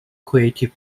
creative